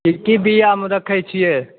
की की बीयामे रखै छियै